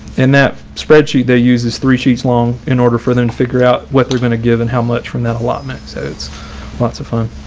in that spreadsheet, they use this three sheets long in order for them to and figure out what they're going to give and how much from that allotment. so it's lots of fun.